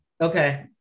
Okay